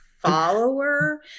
follower